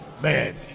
man